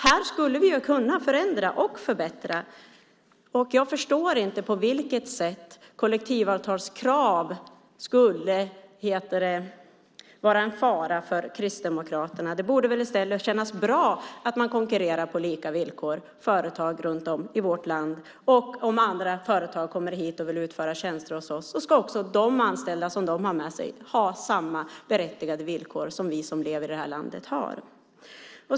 Här skulle vi kunna förändra och förbättra. Jag förstår inte på vilket sätt kollektivavtalskrav skulle vara en fara för Kristdemokraterna. Det borde väl i stället kännas bra att företag runt om i vårt land konkurrerar på lika villkor. Och om andra företag kommer hit och vill utföra tjänster hos oss ska också de anställda som de har med sig ha samma berättigade villkor som vi som lever i det här landet har.